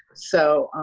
so,